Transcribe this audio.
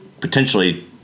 potentially